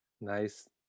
Nice